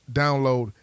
download